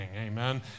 amen